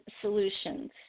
solutions